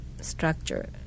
structure